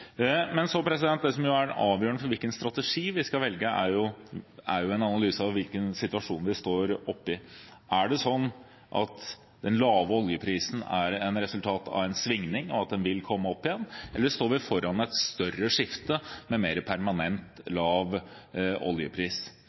Men det som er det avgjørende for hvilken strategi vi skal velge, er en analyse av hvilken situasjon vi står oppe i. Er det sånn at den lave oljeprisen er et resultat av en svingning, og at den vil komme opp igjen? Eller står vi foran et større skifte med mer permanent lav oljepris?